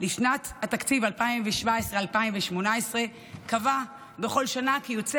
לשנת התקציב 2018-2017) קבע בכל שנה כי יוקצה